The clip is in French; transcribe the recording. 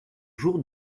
jour